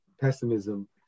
pessimism